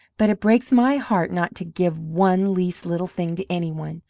but it breaks my heart not to give one least little thing to any one!